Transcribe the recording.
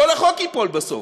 כל החוק ייפול בסוף.